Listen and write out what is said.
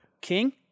King